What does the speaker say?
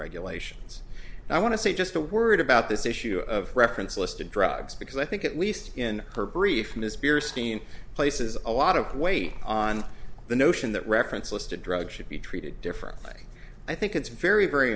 regulations and i want to say just a word about this issue of reference list of drugs because i think at least in her brief ms spears steen places a lot of weight on the notion that reference list a drug should be treated differently i think it's very very